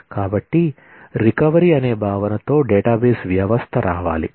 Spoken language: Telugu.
కాబట్టి రికవరీ అనే భావనతో డేటాబేస్ వ్యవస్థ రావాలి